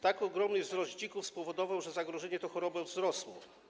Tak ogromny wzrost liczby dzików spowodował, że zagrożenie tą chorobą wzrosło.